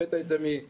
הבאת את זה מהתלמוד